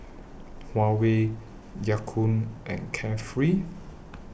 Huawei Ya Kun and Carefree